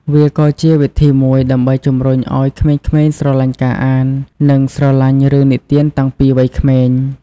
វាក៏ជាវិធីមួយដើម្បីជំរុញឲ្យក្មេងៗស្រលាញ់ការអាន និងស្រឡាញ់រឿងនិទានតាំងពីវ័យក្មេង។